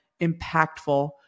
impactful